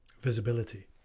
visibility